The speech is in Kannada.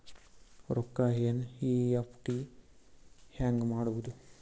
ರೊಕ್ಕ ಎನ್.ಇ.ಎಫ್.ಟಿ ಹ್ಯಾಂಗ್ ಮಾಡುವುದು?